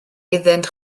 iddynt